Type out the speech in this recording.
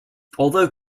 although